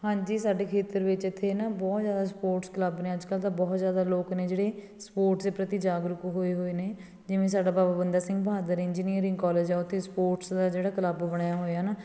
ਹਾਂਜੀ ਸਾਡੇ ਖੇਤਰ ਵਿੱਚ ਇੱਥੇ ਨਾ ਬਹੁਤ ਜ਼ਿਆਦਾ ਸਪੋਰਟਸ ਕਲੱਬ ਨੇ ਅੱਜ ਕੱਲ੍ਹ ਤਾਂ ਬਹੁਤ ਜ਼ਿਆਦਾ ਲੋਕ ਨੇ ਜਿਹੜੇ ਸਪੋਰਟਸ ਦੇ ਪ੍ਰਤੀ ਜਾਗਰੂਕ ਹੋਏ ਹੋਏ ਨੇ ਜਿਵੇਂ ਸਾਡਾ ਬਾਬਾ ਬੰਦਾ ਸਿੰਘ ਬਹਾਦਰ ਇੰਜੀਨੀਅਰਿੰਗ ਕੋਲਿਜ ਆ ਉੱਥੇ ਸਪੋਰਟਸ ਦਾ ਜਿਹੜਾ ਕਲੱਬ ਬਣਿਆ ਹੋਇਆ ਨਾ